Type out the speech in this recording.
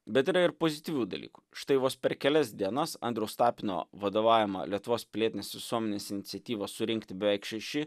bet yra ir pozityvių dalykų štai vos per kelias dienas andriaus tapino vadovaujama lietuvos pilietinės visuomenės iniciatyva surinkti beveik šeši